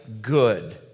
good